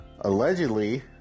Allegedly